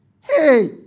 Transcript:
Hey